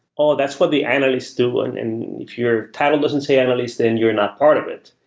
oh! that's what the analyst do, and and if your title doesn't say analyst, then you're not part of it.